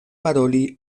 paroli